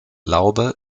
laube